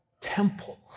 temple